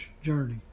journey